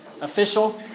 official